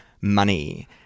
money